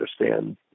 understand